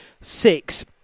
six